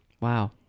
Wow